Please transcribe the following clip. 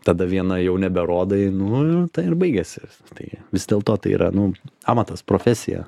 tada vieną jau neberodai nu tuo ir baigiasi viskas tai vis dėlto tai yra nu amatas profesija